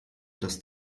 dass